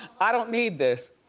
i don't need this.